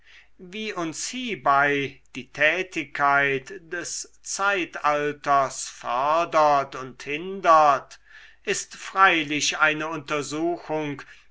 wie uns hiebei die tätigkeit des zeitalters fördert und hindert ist freilich eine untersuchung